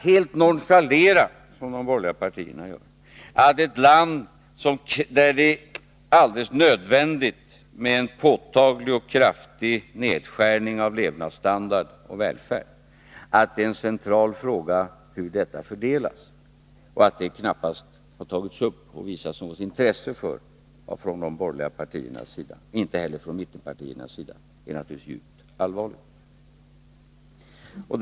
De borgerliga partierna nonchalerar helt att i ett land där det är alldeles nödvändigt med en påtaglig och kraftig nedskärning av levnadsstandard och välfärd är det en central fråga hur detta fördelas. Att detta knappast har tagits upp eller att det visats mycket svalt intresse härför från de borgerliga partiernas sida — inte heller av mittenpartierna — är naturligtvis djupt allvarligt.